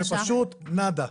ופשוט - נאדה.